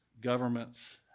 governments